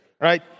right